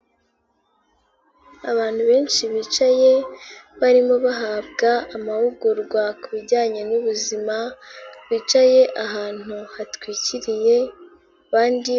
Abantu benshi bicaye barimo bahabwa amahugurwa ku bijyanye n'ubuzima, bicaye ahantu hatwikiriye abandi.